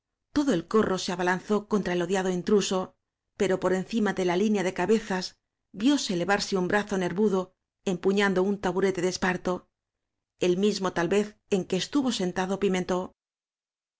todo el corro se abalanzó contra el odiado intruso pero por encima de la línea de cabezas vióse elevarsiq un brazo nervudo empuñando un taburete de espartó el mismo tal vez en que estuvo